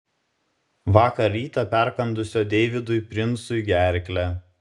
vakar rytą perkandusio deividui princui gerklę